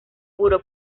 muro